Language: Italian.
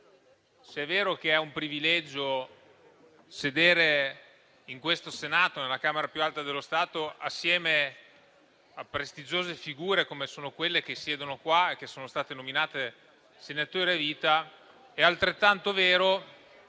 Se è vero che è un privilegio sedere in questo Senato, la Camera più alta dello Stato, assieme a prestigiose figure come quelle che siedono qua e che sono state nominate senatori a vita, è altrettanto vero